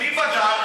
מי בדק?